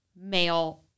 male